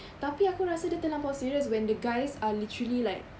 tapi aku rasa dia terlampau serious when the guys are literally like